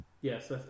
Yes